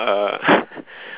uh